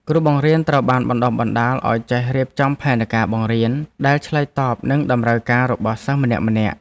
គ្រូបង្រៀនត្រូវបានបណ្តុះបណ្តាលឱ្យចេះរៀបចំផែនការបង្រៀនដែលឆ្លើយតបនឹងតម្រូវការរបស់សិស្សម្នាក់ៗ។